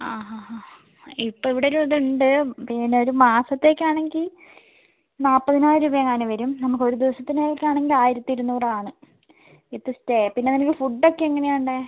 അ അ അ ഇപ്പോൾ ഇവിടെ ഒരിതുണ്ട് പിന്നെ ഒരു മാസത്തേക്കാണെങ്കിൽ നാൽപതിനായിരം രൂപ എങ്ങാന് വരും നമുക്ക് ഒരു ദിവസത്തിലേക്കാണെങ്കിൽ ആയിരത്തി ഇരുന്നൂറാണ് വിത്ത് സ്റ്റേ പിന്നെ ഫുഡ് ഒക്കെ എങ്ങനെയാണ് വേണ്ടത്